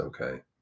Okay